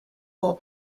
more